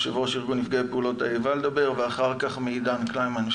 יו"ר ארגון נפגעי פעולות איבה לדבר ואחר כך מעידן קליינמן,